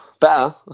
Better